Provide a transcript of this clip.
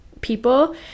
people